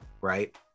Right